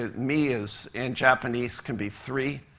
ah mi is in japanese, can be three.